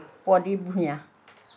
Pradip Bhuyan